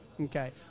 okay